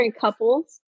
couples